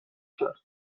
کرد